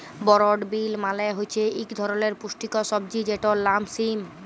বরড বিল মালে হছে ইক ধরলের পুস্টিকর সবজি যেটর লাম সিম